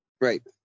Right